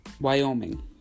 Wyoming